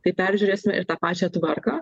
tai peržiūrėsime ir tą pačią tvarką